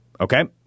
Okay